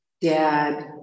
dad